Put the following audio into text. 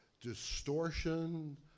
distortion